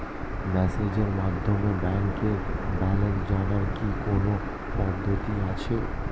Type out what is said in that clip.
মেসেজের মাধ্যমে ব্যাংকের ব্যালেন্স জানার কি কোন পদ্ধতি আছে?